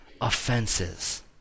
offenses